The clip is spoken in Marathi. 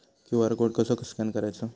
क्यू.आर कोड कसो स्कॅन करायचो?